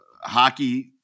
hockey